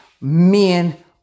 men